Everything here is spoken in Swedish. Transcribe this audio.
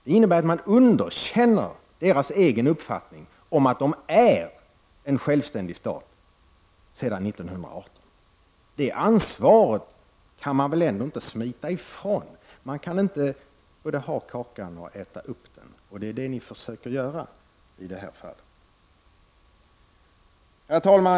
Det innebär att man underkänner litauernas egen uppfattning att Litauen är en självständig stat sedan 1918. Det ansvaret kan man väl ändå inte smita ifrån. Man kan inte både äta upp kakan och ha den kvar, och det är ju vad ni försöker göra i det här fallet. Herr talman!